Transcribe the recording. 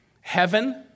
heaven